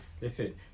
listen